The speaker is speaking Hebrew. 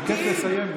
אני מבקש לסיים,